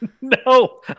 No